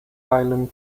island